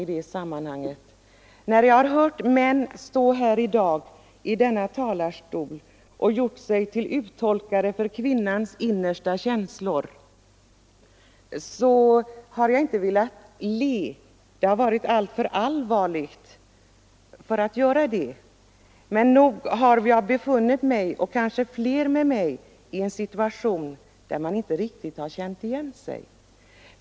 När jag i dag har hört män stå här i denna talarstol och göra sig till uttolkare av kvinnans innersta känslor har jag inte velat le — ämnet har varit alltför allvarligt för det — men nog har jag befunnit mig, och kanske fler med mig, i en situation där man inte riktigt har känt igen sig.